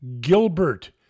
Gilbert